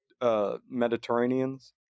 Mediterraneans